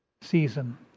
season